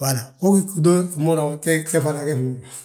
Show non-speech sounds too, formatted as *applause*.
wala ge gí *unintelligible*